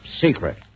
secret